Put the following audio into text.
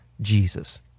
Jesus